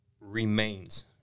remains